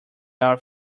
our